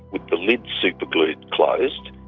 with the lid super-glued closed,